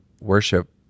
worship